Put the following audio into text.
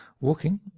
walking